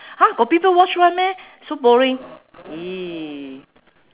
!huh! got people watch [one] meh so boring !ee!